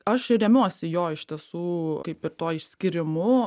aš remiuosi jo iš tiesų kaip ir tuo išskyrimu